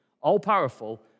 All-powerful